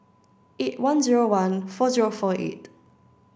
eight one zero one four zero four eight